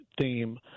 theme